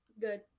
Good